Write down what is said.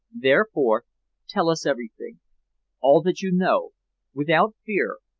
therefore tell us everything all that you know without fear,